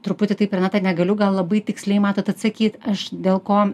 truputį taip renata negaliu gal labai tiksliai matot atsakyt aš dėl ko